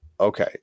Okay